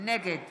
נגד